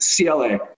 CLA